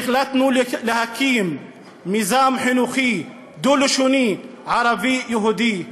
החלטנו להקים מיזם חינוכי דו-לשוני ערבי-יהודי.